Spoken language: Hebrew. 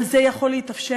אבל זה יכול להתאפשר,